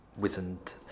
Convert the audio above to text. wizened